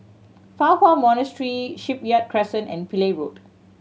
Fa Hua Monastery Shipyard Crescent and Pillai Road